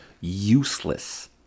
useless